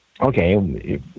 Okay